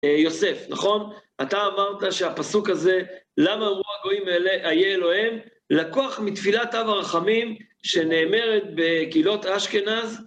יוסף, נכון? אתה אמרת שהפסוק הזה, למה רוע גויים אהיה אלוהים, לקוח מתפילת אב הרחמים, שנאמרת בקהילות אשכנז?